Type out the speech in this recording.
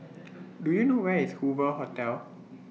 Do YOU know Where IS Hoover Hotel